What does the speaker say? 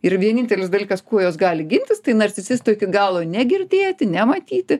ir vienintelis dalykas kuo jos gali gintis tai narcisisto iki galo negirdėti nematyti